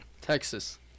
Texas